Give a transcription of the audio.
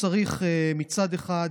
מצד אחד,